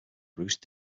bruce